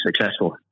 successful